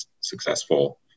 successful